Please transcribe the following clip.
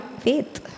faith